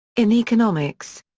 in economics.